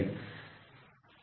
अगदी बरोबर